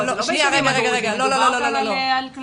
לא ביישובים הדרוזים, מדובר כאן על כלל הארץ.